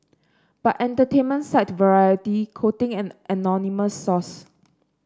but entertainment site variety quoting an anonymous source